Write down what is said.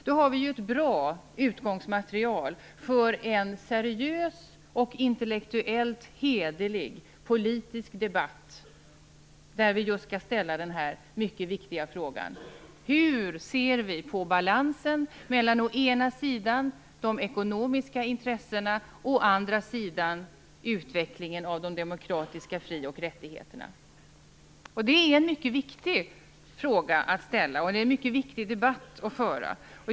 Då har vi ett bra utgångsmaterial för en seriös och intellektuellt hederlig politisk debatt där vi just skall ställa denna mycket viktiga fråga: Hur ser vi på balansen mellan å ena sidan de ekonomiska intressena och å den andra utvecklingen av de demokratiska frioch rättigheterna? Det är en mycket viktig fråga att ställa och en mycket viktig debatt att föra.